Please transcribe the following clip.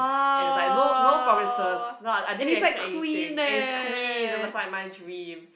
and was like no no promises so I I didn't really expect anything and is Queen is like my dream